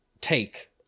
take